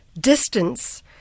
distance